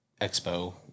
expo